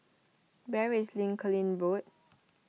where is Lincolning Road